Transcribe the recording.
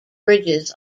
bridges